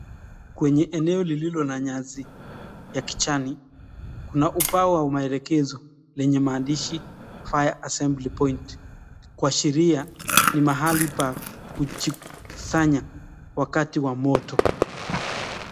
Kwenye eneoa lililo na nyasi ya kijani, kuna ubao wa maelekezo lenye maandishi fire assembly point ,kuashiria ni mahali pa kujikusanya wakati wa moto.